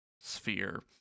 sphere